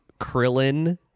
Krillin